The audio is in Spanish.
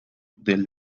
del